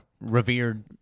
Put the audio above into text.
revered